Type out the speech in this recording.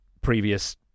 previous